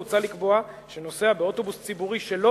מוצע לקבוע שנוסע באוטובוס ציבורי שלא